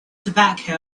tobacco